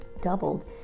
Doubled